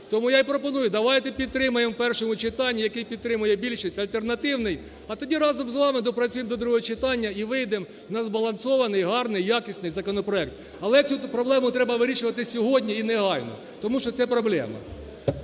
тому я і пропоную, давайте підтримаємо у першому читанні, який підтримає більшість, альтернативний, а тоді разом з вами доопрацюємо до другого читання і вийдемо на збалансований, гарний, якісний законопроект. Але цю проблему треба вирішувати сьогодні і негайно, тому що це проблема.